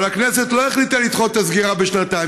אבל הכנסת לא החליטה לדחות את הסגירה בשנתיים.